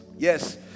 Yes